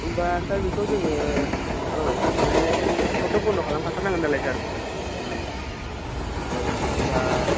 होम्बा सार बेखौ जोङो औ सार माने बेखौथ' बन्द' खालाम खाथारनांगोन नालाय सार उम औ होमबा